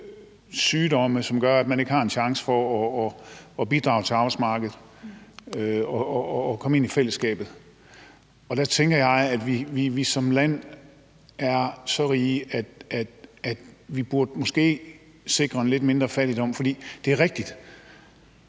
sygdomme, som gør, at de ikke har en chance for at bidrage til arbejdsmarkedet og komme ind i fællesskabet. Der tænker jeg, at vi som land er så rige, at vi måske burde sikre en lidt mindre fattigdom. Det er rigtigt,